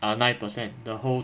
ah nine percent the whole